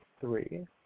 three